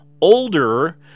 older